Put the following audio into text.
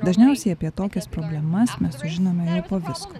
dažniausiai apie tokias problemas mes sužinome jau po visko